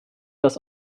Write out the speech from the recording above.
das